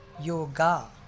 Yoga